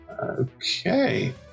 Okay